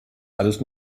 alles